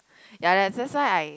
ya like that's why I